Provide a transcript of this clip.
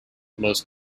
most